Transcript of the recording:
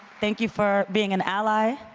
thank you for being an ally,